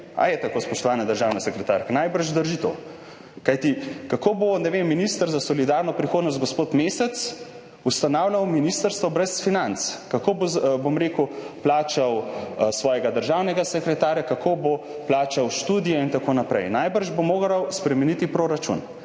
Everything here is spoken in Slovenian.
Ali je tako, spoštovana državna sekretarka? Najbrž to drži. Kajti kako bo, ne vem, minister za solidarno prihodnost gospod Mesec ustanavljal ministrstvo brez financ? Kako bo plačal svojega državnega sekretarja, kako bo plačal študije in tako naprej? Najbrž bo moral spremeniti proračun.